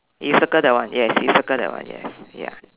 you circle that one yes you circle that one yes ya